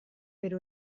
per